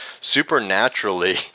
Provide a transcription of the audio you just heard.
supernaturally